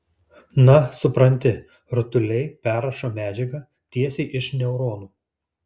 na supranti rutuliai perrašo medžiagą tiesiai iš neuronų